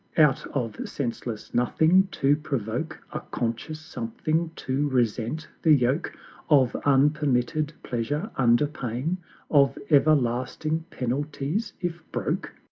out of senseless nothing to provoke a conscious something to resent the yoke of unpermitted pleasure, under pain of everlasting penalties, if broke!